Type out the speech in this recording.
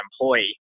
employee